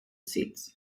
seats